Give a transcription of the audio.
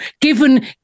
given